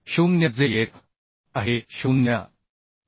0 जे येत आहे 0